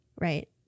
right